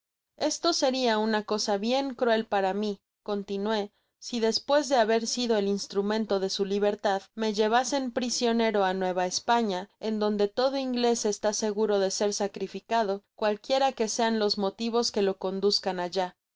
esto seria una cosa bien cruel para mi continué si despues de haber sido el instrumento de su libertad me llevasen prisionero á nueva españa en donde lodo inglés está seguro de ser sacrificado cualquiera que sean los motivos que lo conduzcan allá